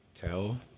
tell